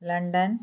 London